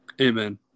Amen